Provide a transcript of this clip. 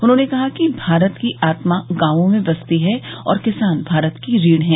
उन्होंने कहा कि भारत की आत्मा गांवों में बसती हैं और किसान भारत की रीढ हैं